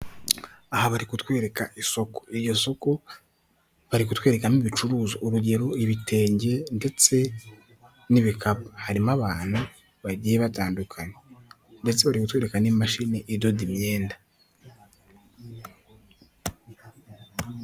Aha bari kutwereka isoko. Iryo soko bari kutwerekamo ibicuruzwa. Urugero ibitenge ndetse n'ibikapu. Harimo abantu bagiye batandukanye ndetse bari kutwereka n'imashini idoda imyenda.